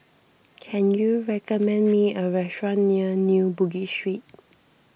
can you recommend me a restaurant near New Bugis Street